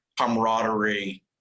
camaraderie